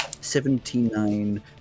Seventy-nine